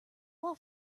wall